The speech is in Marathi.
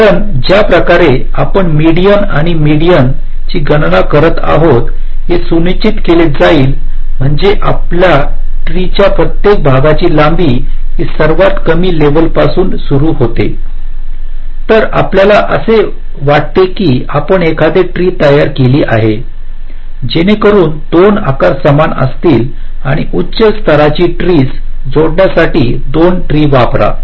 कारण ज्याप्रकारे आपण मीडियन आणि मीडियन ची गणना करत आहात हे सुनिश्चित केले जाईल म्हणजे आपल्या ट्री च्या प्रत्येक भागाची लांबी ही सर्वात कमी लेवल पासून सुरू होते जर आपल्याला असे वाटते की आपण एखादे ट्री तयार केले आहे जेणेकरुन 2 आकार समान असतील आणि उच्च स्तराच्या ट्रीस जोडण्यासाठी 2 ट्री वापरा